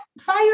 fire